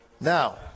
Now